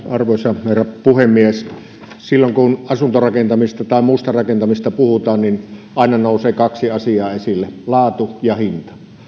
arvoisa herra puhemies silloin kun asuntorakentamisesta tai muusta rakentamisesta puhutaan niin aina nousee kaksi asiaa esille laatu ja hinta